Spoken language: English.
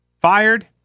Fired